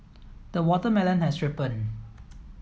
the watermelon has ripen